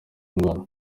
ndwara